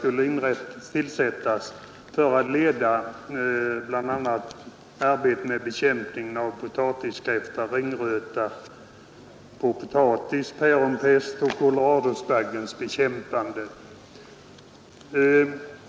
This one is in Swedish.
Denne skulle leda bl.a. arbetet med bekämpningen av potatiskräfta och ringröta på potatis, päronpest och koloradoskalbaggen.